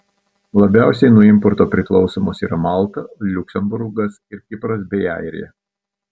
labiausiai nuo importo priklausomos yra malta liuksemburgas ir kipras bei airija